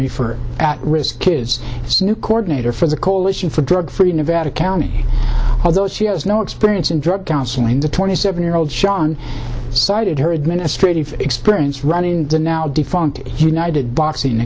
academy for at risk kids is new coordinator for the coalition for drug free nevada county although she has no experience in drug counseling the twenty seven year old shawn cited her administrative experience running the now defunct united boxing